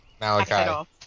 Malachi